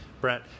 Brett